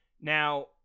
Now